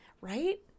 Right